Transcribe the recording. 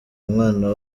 umwana